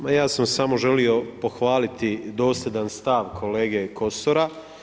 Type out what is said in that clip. Ma ja sam samo želio pohvaliti dosljedan stav kolege Kosora.